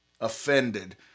Offended